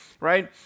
Right